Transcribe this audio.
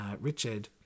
Richard